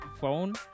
phone